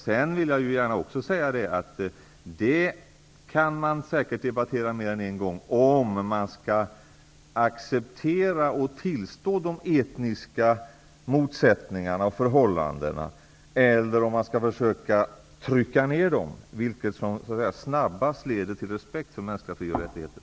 Man kan säkert debattera mer än en gång frågan huruvida man skall acceptera och tillstå de etniska motsättningarna och förhållandena eller om man skall försöka trycka ner dem -- vilket som nu snabbast leder till respekt för de mänskliga fri och rättigheterna.